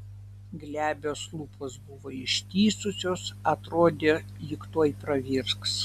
glebios lūpos buvo ištįsusios atrodė lyg tuoj pravirks